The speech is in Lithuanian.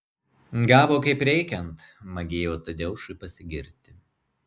gavo kaip reikiant magėjo tadeušui pasigirti